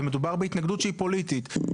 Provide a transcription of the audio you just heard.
ומדובר בהתנגדות שהיא פוליטית.